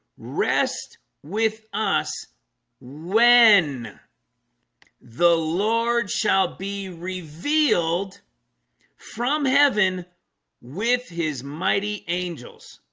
rest with us when the lord shall be revealed from heaven with his mighty angels